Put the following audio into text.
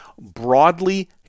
broadly